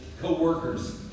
co-workers